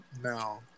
no